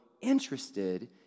interested